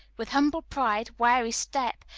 with humbled pride, weary step,